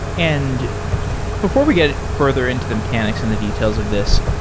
and before we get further into the mechanics and the details of this,